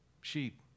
sheep